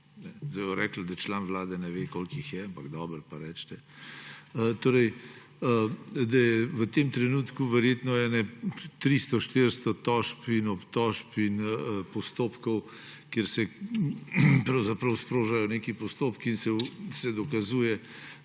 Zdaj bodo rekli, da član vlade ne ve, koliko jih je, ampak dobro, pa recite. Torej da je v tem trenutku verjetno 300, 400 tožb in obtožb in postopkov, kjer se pravzaprav sprožajo neki postopki in se dokazuje,